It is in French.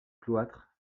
cloître